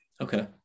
Okay